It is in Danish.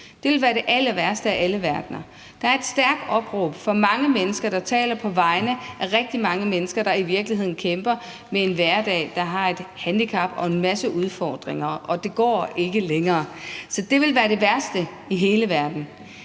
Det ville være det allerværste i alle verdener. Der er et stærkt opråb fra mange mennesker, der taler på vegne af rigtig mange mennesker, der i virkeligheden kæmper med en hverdag. De har et handicap og en masse udfordringer – og det går ikke længere. Så det ville være det værste i hele verden.